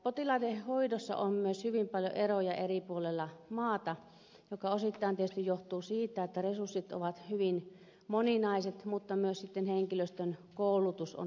potilaiden hoidossa on myös hyvin paljon eroja eri puolella maata mikä osittain tietysti johtuu siitä että resurssit ovat hyvin moninaiset mutta myös sitten henkilöstön koulutus on hyvin erilaista